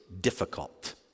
difficult